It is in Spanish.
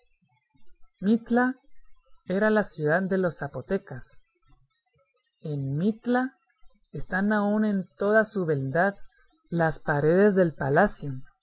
mitla era la ciudad de los zapotecas en mitla están aún en toda su beldad les paredes del palacio